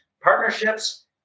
partnerships